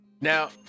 Now